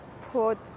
put